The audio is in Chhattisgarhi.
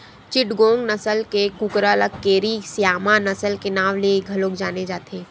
चिटगोंग नसल के कुकरा ल केरी स्यामा नसल के नांव ले घलो जाने जाथे